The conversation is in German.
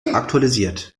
aktualisiert